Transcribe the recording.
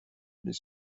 mais